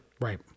Right